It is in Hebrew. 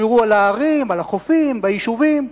ישמרו על הערים, על החופים, ביישובים.